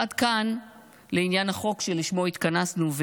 עד כאן לעניין החוק שלשמו התכנסנו,